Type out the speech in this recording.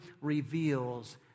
reveals